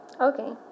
Okay